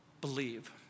believe